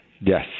Yes